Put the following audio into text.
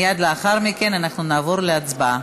מיד לאחר מכן אנחנו נעבור להצבעה.